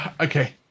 Okay